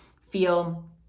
feel